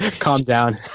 calm down.